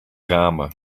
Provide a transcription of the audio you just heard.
ramen